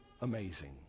amazing